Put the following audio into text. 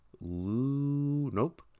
Nope